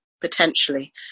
potentially